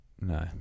No